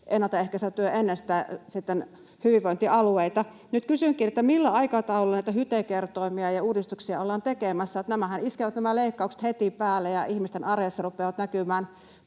kontolle pitkälti ennen sitten hyvinvointialueita. Nyt kysynkin: Millä aikataululla näitä HYTE-kertoimia ja -uudistuksia ollaan tekemässä, kun nämä leikkauksethan iskevät heti päälle ja ihmisten arjessa rupeavat näkymään